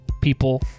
people